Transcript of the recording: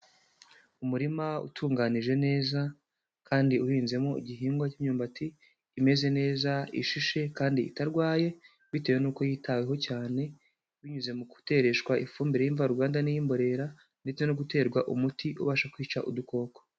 Umurima utunganije neza, kandi uhinzemo igihingwa cy'imyumbati imeze neza ishishe kandi itarwaye, bitewe n'uko yitaweho cyane, binyuze mu gutereshwa ifumbire y'imvaruganda n'iy'imborera ndetse no guterwa umuti ubasha kwica udukoko.